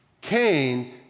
Cain